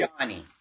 Johnny